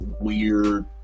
weird